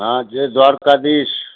हा जय द्वारकादीश